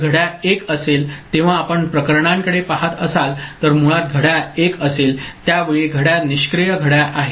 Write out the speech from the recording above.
तर घड्याळ 1 असेल तेव्हा आपण प्रकरणांकडे पहात असाल तर मुळात घड्याळ 1 असेल त्यावेळी घड्याळ निष्क्रिय घड्याळ आहे